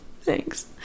thanks